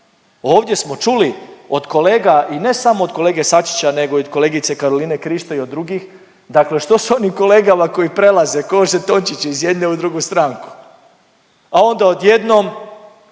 Ovdje smo čuli od kolega i ne samo od kolege Sačića nego i od kolegice Karoline Krišto i od drugih, dakle što sa onim kolegama koji prelaze ko žetončići iz jedne u drugu stranku? A onda odjednom